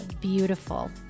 beautiful